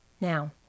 Now